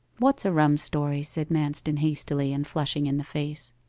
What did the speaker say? what's a rum story said manston hastily, and flushing in the face.